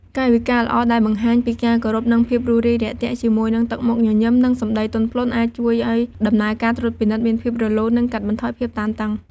កាយវិការល្អដែលបង្ហាញពីការគោរព និងភាពរួសរាយរាក់ទាក់ ជាមួយនឹងទឹកមុខញញឹម និងសម្ដីទន់ភ្លន់ អាចជួយឱ្យដំណើរការត្រួតពិនិត្យមានភាពរលូន និងកាត់បន្ថយភាពតានតឹង។